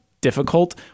difficult